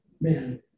man